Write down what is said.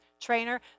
trainer